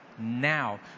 Now